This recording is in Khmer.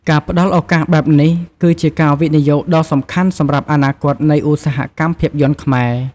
ការផ្តល់ឱកាសបែបនេះគឺជា ការវិនិយោគដ៏សំខាន់សម្រាប់អនាគតនៃឧស្សាហកម្មភាពយន្តខ្មែរ។